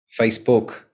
Facebook